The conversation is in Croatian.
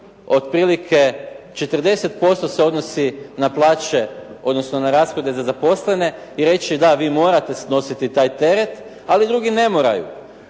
otprilike 40% se odnosi na plaće, odnosno na rashode za zaposlene i reći da, vi morate snositi taj teret, ali drugi ne moraju.